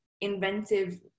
inventive